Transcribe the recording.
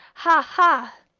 ha! ha